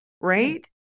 right